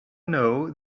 know